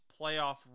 playoff